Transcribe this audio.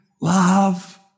love